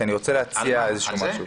כי אני רוצה להציע איזשהו משהו.